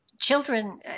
children